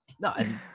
No